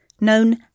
known